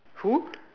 who